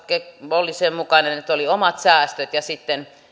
oli sen mukainen että oli omat säästöt ja sitten